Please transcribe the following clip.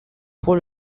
pour